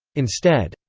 instead,